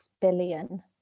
billion